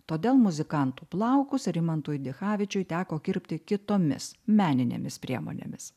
todėl muzikantų plaukus rimantui dichavičiui teko kirpti kitomis meninėmis priemonėmis